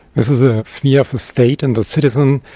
this is a sphere of the state and the citizen.